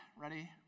ready